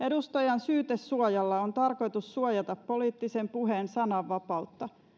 edustajan syytesuojalla on tarkoitus suojata poliittisen puheen sananvapautta